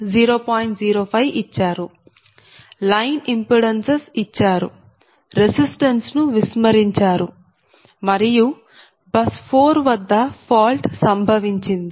05 ఇచ్చారు line impedances ఇచ్చారు resistance ను విస్మరించారు మరియు బస్ 4 వద్ద ఫాల్ట్ సంభవించింది